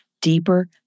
deeper